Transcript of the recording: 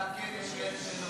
אתה כן, יש כאלה שלא.